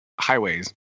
highways